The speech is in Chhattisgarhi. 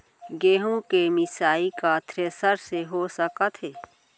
गेहूँ के मिसाई का थ्रेसर से हो सकत हे?